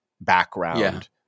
background